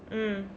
mm